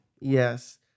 Yes